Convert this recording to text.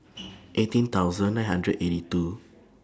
eighteen thousand nine hundred eighty two